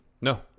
No